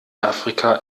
afrika